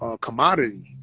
commodity